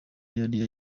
yari